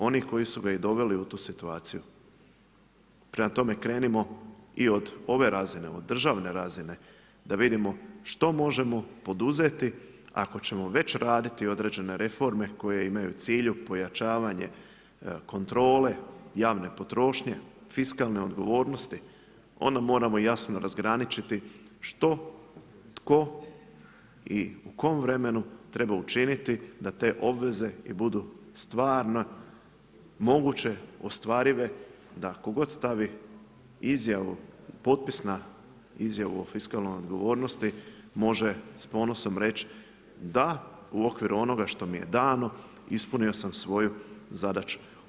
Oni koji su ga doveli u tu situaciju, prema tome krenimo i od ove razine, državne razine, da vidimo što možemo poduzeti, ako ćemo već raditi određene reforme, koje imaju u cilju povećavanja kontrole, javne potrošnje, fiskalne odgovornosti, onda moramo jasno razgraničiti, što tko i u kojem vremenu treba učiniti, da te obveze budu stvarno moguće, ostvarive, da tko god stavi izjavu, potpis na izjavu o fiskalnoj odgovornosti, može s ponosom reći, da u okviru onoga što mi je dano, ispunio sam svoju zadaću.